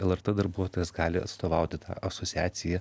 lrt darbuotojas gali atstovauti tą asociaciją